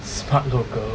smart local